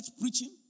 preaching